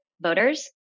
voters